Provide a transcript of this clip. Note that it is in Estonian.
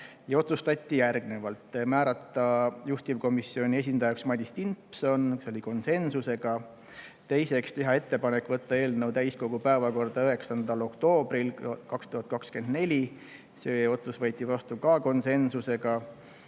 Otsustati järgnevat. Määrata juhtivkomisjoni esindajaks Madis Timpson, see otsus oli konsensuslik. Teiseks, teha ettepanek võtta eelnõu täiskogu päevakorda 9. oktoobril 2024, ka see otsus võeti vastu konsensuse